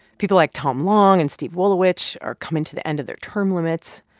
people like tom long and steve wolowitz are coming to the end of their term limits,